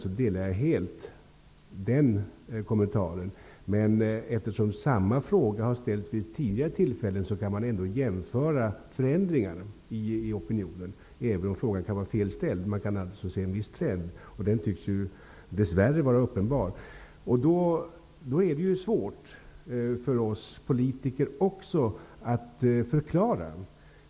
Jag delar helt invandrarministerns uppfattning. Men eftersom samma fråga har ställts vid tidigare tillfällen kan man ändå jämföra och se förändringarna i opinionen, även om frågan kan vara fel ställd. Man kan alltså se en viss trend. Den tycks ju dess värre vara uppenbar. Då är det svårt för oss politiker att förklara detta.